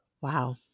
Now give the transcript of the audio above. Wow